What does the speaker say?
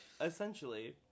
essentially